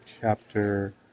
chapter